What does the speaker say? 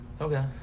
okay